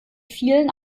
vielen